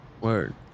word